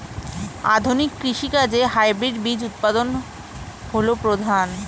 আধুনিক কৃষি কাজে হাইব্রিড বীজ উৎপাদন হল প্রধান